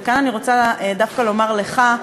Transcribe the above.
וכאן אני רוצה דווקא לומר לך,